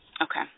Okay